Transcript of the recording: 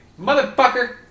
Motherfucker